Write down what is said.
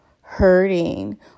hurting